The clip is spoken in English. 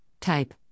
type